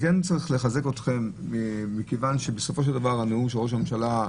אני כן צריך לחזק אתכם מכיוון שבסופו של דבר הנאום של ראש הממשלה,